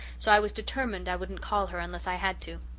so i was determined i wouldn't call her unless i had to.